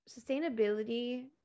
sustainability